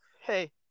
Hey